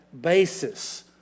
basis